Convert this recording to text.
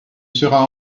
sera